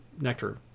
nectar